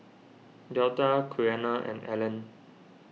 Delta Quiana and Allen